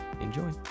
Enjoy